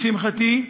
לשמחתי,